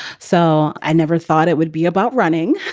so i never thought it would be about running.